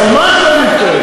אז על מה יש להם להתחייב?